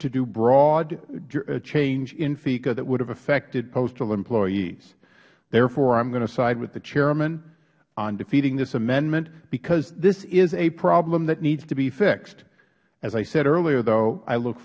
to do broad change in feca that would have affected postal employees therefore i am going to side with the chairman on defeating this amendment because this is a problem that needs to be fixed as i said earlier though i look